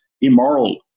immoral